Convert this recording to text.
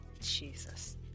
Jesus